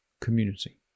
community